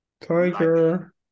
Tiger